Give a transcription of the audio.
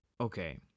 okay